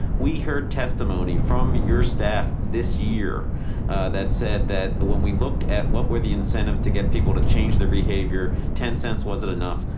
we heard testimony from your staff this year that said that when we looked at what were the incentive to get people to change their behavior, ten cents wasn't enough,